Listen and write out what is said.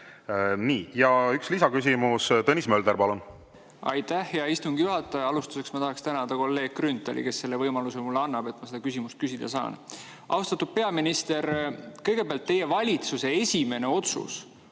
Ja üks lisaküsimus. Tõnis Mölder, palun! Vabandust! Vabandust! Aitäh, hea istungi juhataja! Alustuseks, ma tahaksin tänada kolleeg Grünthali, kes selle võimaluse mulle annab, et ma seda küsimust küsida saan. Austatud peaminister! Kõigepealt, teie valitsuse esimene otsus